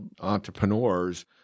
entrepreneurs